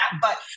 but-